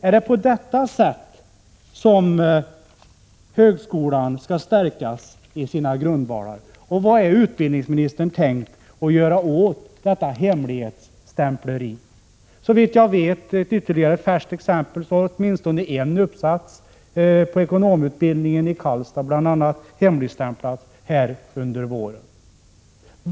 Är det på det sättet som högskolan skall stärkas i sina grundvalar, och vad har utbildningsministern tänkt göra åt detta hemligstämpleri? Ytterligare ett färskt exempel är att åtminstone en uppsats på ekonomutbildningen i Karlstad under våren är hemligstämplad.